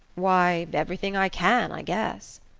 why everything i can, i guess.